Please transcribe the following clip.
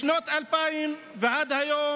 משנת 2000 ועד היום